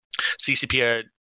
CCPR